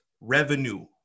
revenue